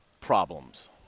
problems